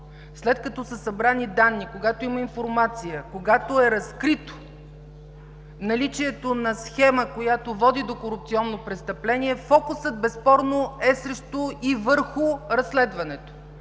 след като са събрани данни, когато има информация, когато е разкрито наличието на схема, която води до корупционно престъпление, фокусът безспорно е срещу и върху разследването.